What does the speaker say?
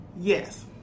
Yes